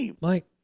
Mike